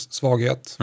svaghet